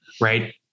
right